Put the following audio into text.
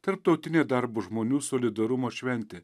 tarptautinė darbo žmonių solidarumo šventė